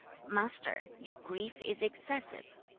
master, your grief is excessive